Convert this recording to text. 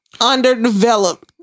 Underdeveloped